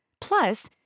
Plus